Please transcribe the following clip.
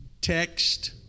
text